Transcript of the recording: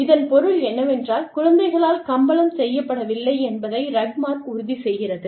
இதன் பொருள் என்னவென்றால் குழந்தைகளால் கம்பளம் செய்யப்படவில்லை என்பதை ரக்மார்க் உறுதி செய்கிறது